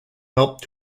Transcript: helped